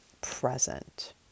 present